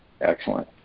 Excellent